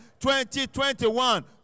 2021